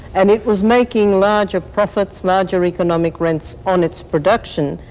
and it was making larger profits, larger economic rents on its production,